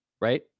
right